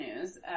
news